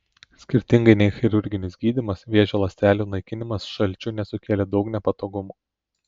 skirtingai nei chirurginis gydymas vėžio ląstelių naikinimas šalčiu nesukėlė daug nepatogumų